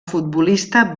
futbolista